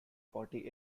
forty